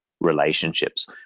relationships